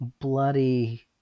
bloody